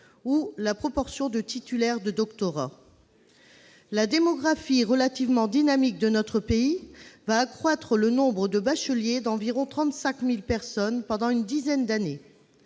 et de proportion de titulaires de doctorats. La démographie relativement dynamique de notre pays va accroître le nombre de bacheliers d'environ 35 000 pendant une dizaine d'années.